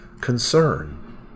concern